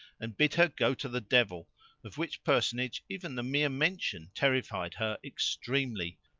and bid her go to the devil of which personage even the mere mention terrified her extremely.